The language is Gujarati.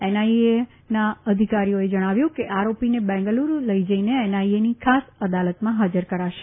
એનઆઈએના અધિકારીઓએ જણાવ્યું છે કે આરોપીને બેંગાલુરુ લઈ જઈને એનઆઈએની ખાસ અદાલતમાં ફાજર કરાશે